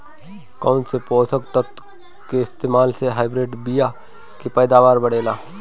कौन से पोषक तत्व के इस्तेमाल से हाइब्रिड बीया के पैदावार बढ़ेला?